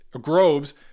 Groves